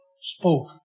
spoke